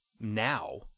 now